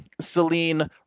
Celine